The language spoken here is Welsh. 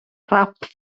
nhrap